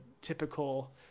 typical